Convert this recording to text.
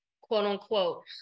quote-unquote